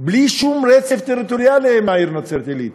בלי שום רצף טריטוריאלי עם העיר נצרת-עילית,